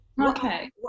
Okay